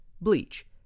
Bleach